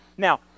Now